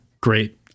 great